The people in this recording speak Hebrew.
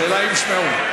השאלה אם ישמעו.